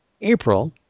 April